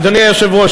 אדוני היושב-ראש,